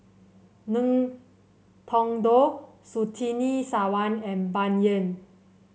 Ngiam Tong Dow Surtini Sarwan and Bai Yan